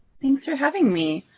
thanks for having me.